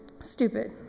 Stupid